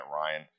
Ryan